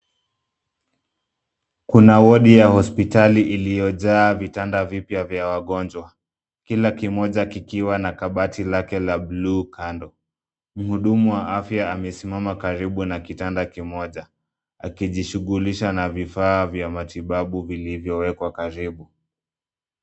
Kuna wodi ya hospitali iliyojaa vitanda vipya vya wagonjwa kila kimoja kikiwa na kabati lake la bluu kando. Mhudumu wa afya amesimama karibu na kitanda kimoja akijishughilisha na vifaa vya matibabu vilivyowekwa karibu.